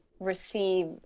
receive